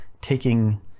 taking